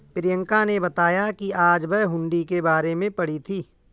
प्रियंका ने बताया कि आज वह हुंडी के बारे में पढ़ी थी